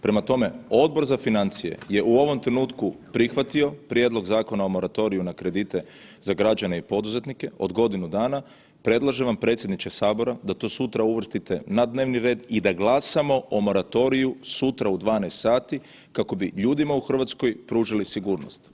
Prema tome, Odbor za financije je u ovom trenutku prihvatio prijedlog Zakona o moratoriju na kredite za građane i poduzetnike od godinu dana, predlažem vam predsjedniče sabora da to sutra uvrstite na dnevni red i da glasamo o moratoriju sutra u 12 sati kako bi ljudima u Hrvatskoj pružili sigurnost.